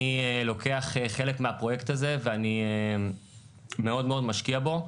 אני לוקח חלק בפרויקט הזה ואני מאוד מאוד משקיע בו.